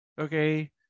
okay